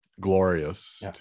glorious